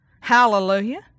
Hallelujah